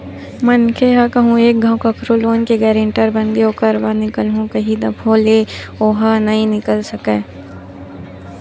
मनखे ह कहूँ एक घांव कखरो लोन के गारेंटर बनगे ओखर बाद निकलहूँ कइही तभो ले ओहा नइ निकल सकय